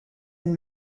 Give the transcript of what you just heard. and